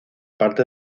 parte